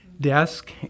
desk